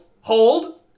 hold